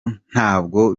ntabwo